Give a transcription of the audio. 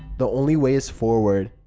the only way is forward.